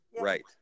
Right